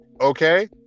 okay